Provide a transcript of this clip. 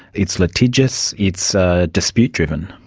it's litigious, it's ah dispute-driven.